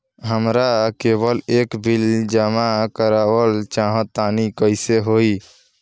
हमरा केबल के बिल जमा करावल चहा तनि कइसे होई?